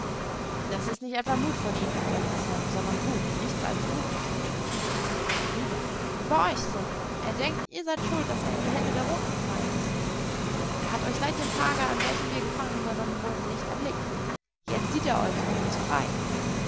das ist nicht etwa mut von ihm sagte sam sondern wut nichts als wut worüber ueber euch sir er denkt ihr seid schuld daß er in die hände der roten gefallen ist er hat euch seit dem tage an welchem wir gefangen genommen wurden nicht erblickt jetzt sieht er euch und uns frei